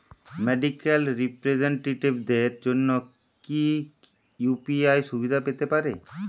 Medical রিপ্রেজন্টেটিভদের জন্য কি ইউ.পি.আই সুবিধা পেতে পারে?